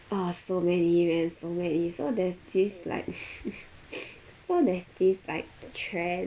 ah so many events so many so there's this like so there's this like trend